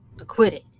acquitted